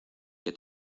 que